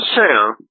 sound